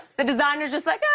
the designer's just like, ah,